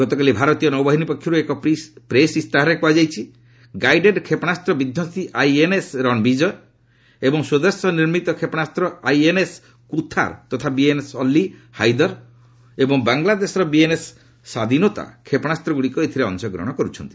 ଗତକାଲି ଭାରତୀୟ ନୌବାହିନୀ ପକ୍ଷରୁ ଏକ ପ୍ରେସ୍ ଇସ୍ତାହାରରେ କୁହାଯାଇଛି ଗାଇଡେଡ୍ କ୍ଷେପଣାସ୍ତ ବିଧ୍ୱସୀ ଆଇଏନ୍ଏସ୍ ରଣବିଜୟ ଏବଂ ସ୍ୱଦେଶ ନିର୍ମିତ କ୍ଷେପଣାସ୍ତ ଆଇଏନ୍ଏସ୍ କୁଥାର୍ ତଥା ବିଏନ୍ଏସ୍ ଅଲ୍ଲି ଏବଂ ବାଙ୍ଗଲାଦେଶର ବିଏନ୍ଏସ୍ ସାଦିନୋତା କ୍ଷେପଶାସ୍ତଗୁଡ଼ିକ ଏଥିରେ ଅଂଶଗ୍ରହଣ କରିଛନ୍ତି